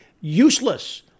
useless